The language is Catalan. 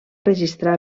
registrar